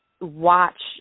watch